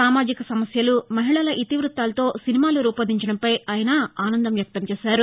సామాజిక సమస్యలు మహిళల ఇతివృత్తాలతో సినిమాలు రూపొందించడంపై ఆయన ఆనందం వ్యక్తం చేశారు